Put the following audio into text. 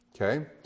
Okay